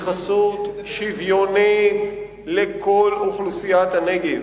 התייחסות שוויונית לכל אוכלוסיית הנגב.